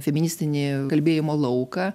feministinį kalbėjimo lauką